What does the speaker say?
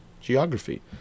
Geography